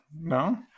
no